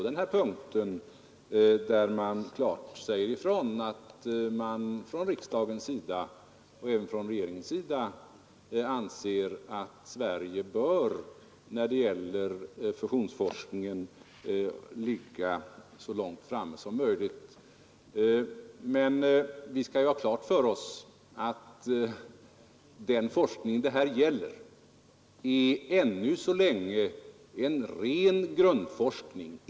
Där sägs klart ifrån att riksdagen, liksom regeringen, anser att Sverige bör ligga så långt framme som möjligt när det gäller fusionsforskningen. Men vi skall ha klart för oss att den forskning det här gäller ännu så länge är en ren grundforskning.